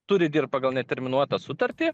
turi dirbt pagal neterminuotą sutartį